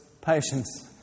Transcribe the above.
patience